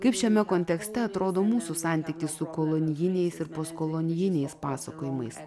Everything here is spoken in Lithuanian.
kaip šiame kontekste atrodo mūsų santykis su kolonijiniais ir postkolonijiniais pasakojimais